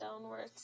downwards